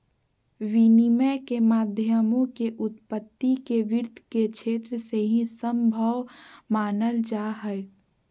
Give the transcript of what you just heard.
विनिमय के माध्यमों के उत्पत्ति के वित्त के क्षेत्र से ही सम्भव मानल जा हइ